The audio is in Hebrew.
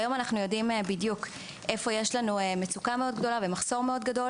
כיום אנחנו יודעים בדיוק איפה יש מצוקה מאוד גדול ומחסור גדול